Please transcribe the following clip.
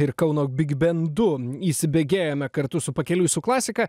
ir kauno bigbendu įsibėgėjome kartu su pakeliui su klasika